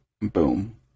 Boom